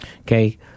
Okay